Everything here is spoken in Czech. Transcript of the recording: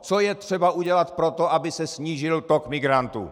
Co je třeba udělat pro to, aby se snížil tok migrantů.